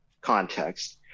context